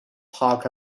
park